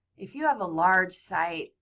if you have a large site,